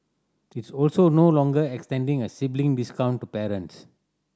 it's also no longer extending a sibling discount to parents